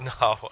No